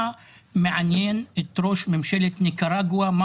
מה מעניין את ראש ממשלת ניקרגואה מה